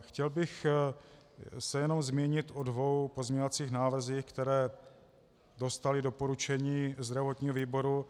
Chtěl bych se jenom zmínit o dvou pozměňovacích návrzích, které dostaly doporučení zdravotního výboru.